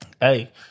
hey